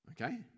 Okay